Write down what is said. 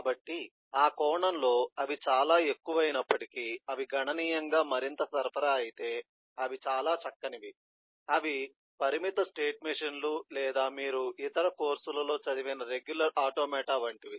కాబట్టి ఆ కోణంలో అవి చాలా ఎక్కువ అయినప్పటికీ అవి గణనీయంగా మరింత సరఫరా అయితే అవి చాలా చక్కనివి అవి పరిమిత స్టేట్ మెషీన్లు లేదా మీరు ఇతర కోర్సులలో చదివిన రెగ్యులర్ ఆటోమాటా వంటివి